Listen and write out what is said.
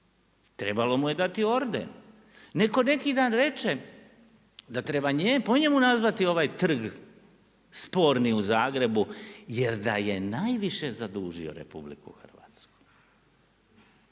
Trebalo mu je dati orden. Neko neki dan reče da treba po njemu nazvati ovaj trg sporni u Zagrebu jer da je najviše zadužio RH. Sad kada